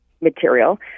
material